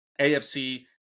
AFC